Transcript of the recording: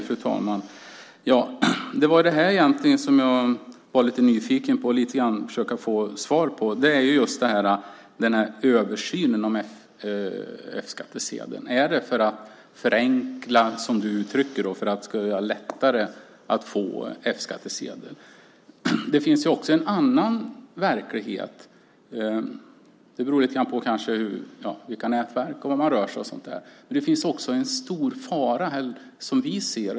Fru talman! Det jag egentligen var lite nyfiken på att få svar på var just översynen av reglerna för F-skattsedel. Är det för att förenkla, som du uttrycker det, för att göra det lättare att få en F-skattsedel? Det finns också en annan verklighet, det beror lite grann på vilka nätverk det är och vad det rör sig om. Men jag ser också en stor fara.